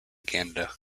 canada